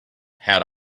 had